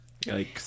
Yikes